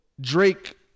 Drake